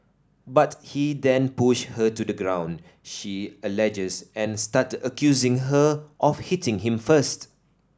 but he then pushed her to the ground she alleges and started accusing her of hitting him first